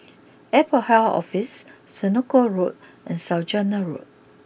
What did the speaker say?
Airport Health Office Senoko Road and Saujana Road